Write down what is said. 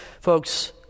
Folks